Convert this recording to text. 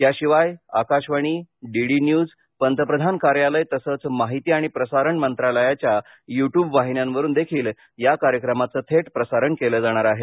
याशिवाय Akashvani DD News पंतप्रधान कार्यालय तसंच माहिती आणि प्रसारण मंत्रालयाच्या युट्युब वाहिन्यांवरूनही या कार्यक्रमाचं थेट प्रसारण केलं जाणार आहे